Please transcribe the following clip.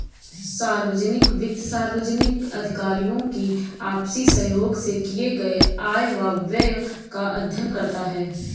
सार्वजनिक वित्त सार्वजनिक अधिकारियों की आपसी सहयोग से किए गये आय व व्यय का अध्ययन करता है